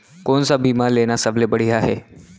कोन स बीमा लेना सबले बढ़िया हे?